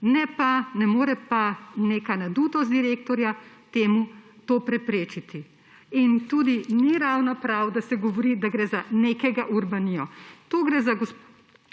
ne more pa neka nadutost direktorja to preprečiti. Tudi ni ravno prav, da se govori, da gre za nekega Urbanijo. To gre za